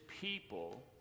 people